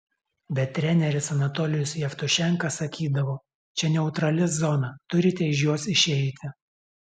bet treneris anatolijus jevtušenka sakydavo čia neutrali zona turite iš jos išeiti